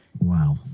Wow